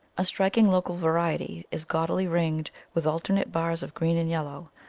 a striking local variety is gaudily ringed with alternate bars of green and yellow,